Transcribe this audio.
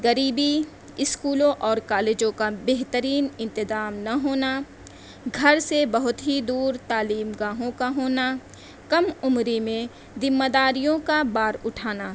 غریبی اسکولوں اور کالجوں کا بہترین انتظام نہ ہونا گھر سے بہت ہی دور تعلیم گاہوں کا ہونا کم عمری میں ذمہ داریوں کا بار اٹھانا